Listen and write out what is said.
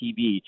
TV